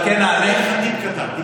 אתן לך טיפ קטן.